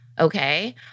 okay